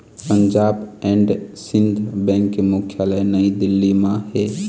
Punjab and Sind Bank के मुख्यालय नई दिल्ली म हे